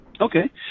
Okay